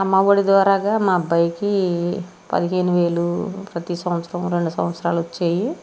అమ్మ ఒడి ద్వారాగా మా అబ్బాయికి పదిహేనువేలు ప్రతీ సంవత్సరం రెండు సంవత్సరాలు వచ్చాయి